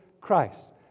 Christ